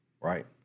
Right